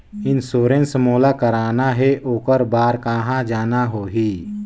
Insurance मोला कराना हे ओकर बार कहा जाना होही?